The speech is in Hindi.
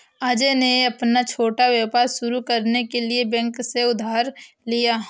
अजय ने अपना छोटा व्यापार शुरू करने के लिए बैंक से उधार लिया